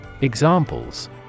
Examples